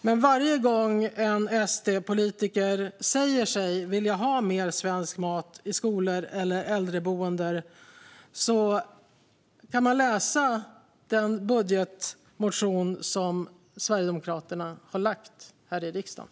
Men varje gång en SD-politiker säger sig vilja ha mer svensk mat i skolor eller på äldreboenden kan man läsa den budgetmotion som Sverigedemokraterna har väckt här i riksdagen.